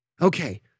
Okay